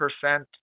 percent